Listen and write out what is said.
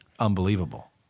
unbelievable